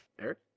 Eric